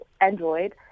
Android